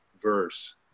verse